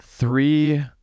three